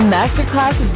Masterclass